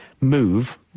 move